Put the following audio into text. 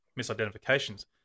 misidentifications